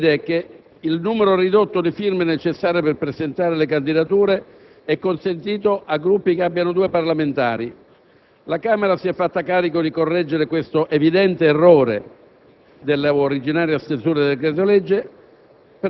Questo decreto-legge, per circostanze non facilmente comprensibili, prevede che il numero ridotto di firme necessarie per presentare le candidature sia consentito a Gruppi che abbiano due parlamentari.